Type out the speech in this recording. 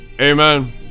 Amen